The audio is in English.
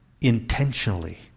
intentionally